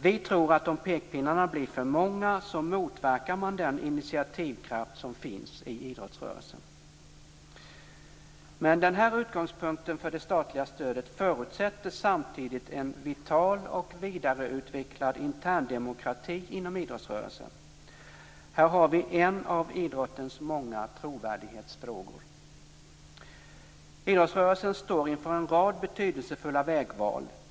Vi tror att om pekpinnarna blir för många så motverkar man den initiativkraft som finns i idrottsrörelsen. Men den här utgångspunkten för det statliga stödet förutsätter samtidigt en vital och vidareutvecklad interndemokrati inom idrottsrörelsen. Här har vi en av idrottens många trovärdighetsfrågor. Idrottsrörelsen står inför en rad betydelsefulla vägval.